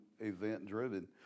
event-driven